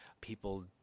people